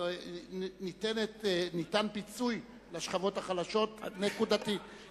ניתן פיצוי לשכבות החלשות, נקודתית.